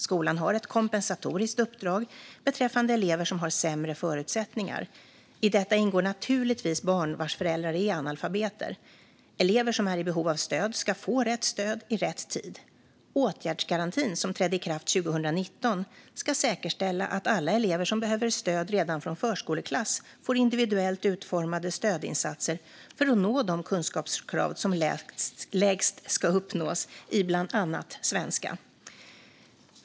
Skolan har ett kompensatoriskt uppdrag beträffande elever som har sämre förutsättningar. I detta ingår naturligtvis barn vars föräldrar är analfabeter. Elever som är i behov av stöd ska få rätt stöd i rätt tid. Åtgärdsgarantin som trädde i kraft 2019 ska säkerställa att alla elever som behöver stöd redan från förskoleklass får individuellt utformade stödinsatser för att nå de kunskapskrav som lägst ska uppnås i bland annat svenska.